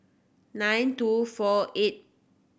nine two four eighth